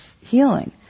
healing